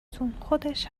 تون، خودش